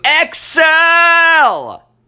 excel